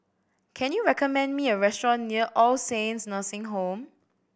can you recommend me a restaurant near All Saints Nursing Home